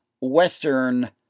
Western